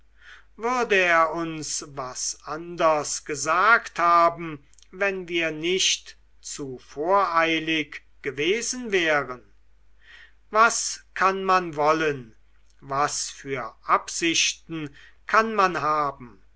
würde er uns was anders gesagt haben wenn wir nicht zu voreilig gewesen wären was kann man wollen was für absichten kann man haben